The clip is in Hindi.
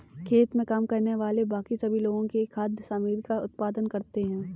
खेत में काम करने वाले बाकी सभी लोगों के लिए खाद्य सामग्री का उत्पादन करते हैं